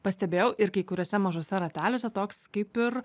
pastebėjau ir kai kuriuose mažuose rateliuose toks kaip ir